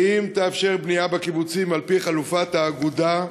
1. הם תאפשר בנייה בקיבוצים על-פי חלופת האגודה?